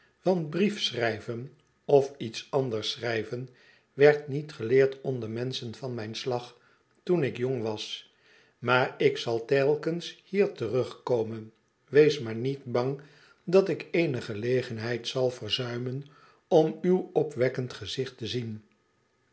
want briefschrijven of iets anders schrijven werd niet geleerd onder menschen van mijn slag toen ik jong was maar ik zal telkens hier terugkomen wees maar niet bang dat ik eene gelegenheid zal verzuimen om uw opwekkend gezicht te zien